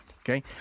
Okay